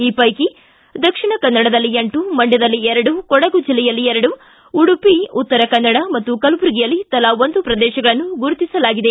ಈ ಪೈಕಿ ದಕ್ಷಿಣ ಕನ್ನಡದಲ್ಲಿ ಎಂಟು ಮಂಡ್ಕದಲ್ಲಿ ಎರಡು ಕೊಡುಗು ಜಿಲ್ಲೆಯಲ್ಲಿ ಎರಡು ಉಡುಪಿ ಉತ್ತರ ಕನ್ನಡ ಮತ್ತು ಕಲಬುರಗಿಯಲ್ಲಿ ತಲಾ ಒಂದು ಪ್ರದೇಶಗಳನ್ನು ಗುರುತಿಸಲಾಗಿದೆ